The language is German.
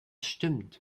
stimmt